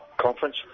Conference